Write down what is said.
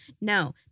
No